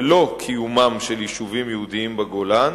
ולא קיומם של יישובים יהודיים בגולן,